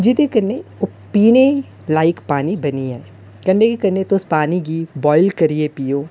जेह्दे कन्नै ओह् पीने लाईक पानी बनी आए कन्नै कन्नै पानी गी तुस बोआइल करियै पिओ